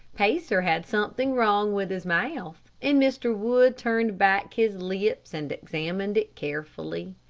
pacer had something wrong with his mouth, and mr. wood turned back his lips and examined it carefully.